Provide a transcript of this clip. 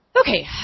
Okay